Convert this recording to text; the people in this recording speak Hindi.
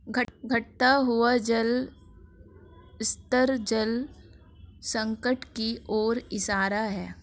घटता हुआ जल स्तर जल संकट की ओर इशारा है